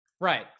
Right